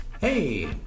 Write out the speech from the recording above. Hey